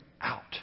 out